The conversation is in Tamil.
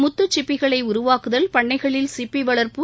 முத்து சிப்பிகளை உருவாக்குதல் பண்ணைகளில் சிப்பி வளர்ப்பு